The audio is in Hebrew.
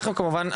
אנחנו כמובן,